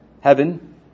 heaven